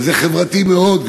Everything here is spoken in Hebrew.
וזה חברתי מאוד,